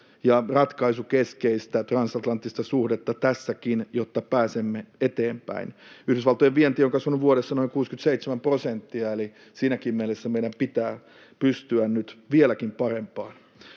ja ratkaisukeskeistä transatlanttista suhdetta tässäkin, jotta pääsemme eteenpäin. Yhdysvaltojen vienti on kasvanut vuodessa noin 67 prosenttia, eli siinäkin mielessä meidän pitää pystyä nyt vieläkin parempaan.